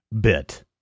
bit